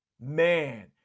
Man